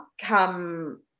come